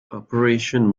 operation